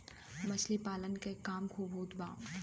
मछली पालन के काम खूब होत बा